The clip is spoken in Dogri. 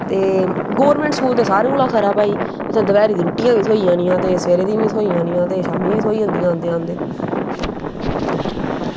ते गौरमैंट स्कूल ते सारैं कोला खरा भाई इत्थें दपैह्रीं दी रुट्टियां बी थ्होई जानियां ते सवेरें दियां बी थ्होई जंदियां ते शाम्मी बी थ्होई जांदियां आंदे आंदे